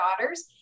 daughters